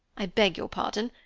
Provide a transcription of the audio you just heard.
i beg your pardon.